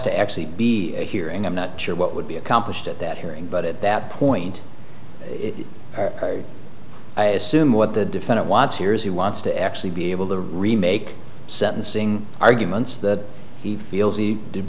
to actually be a hearing i'm not sure what would be accomplished at that hearing but at that point i assume what the defendant wants years he wants to actually be able to remake sentencing arguments that he feels he did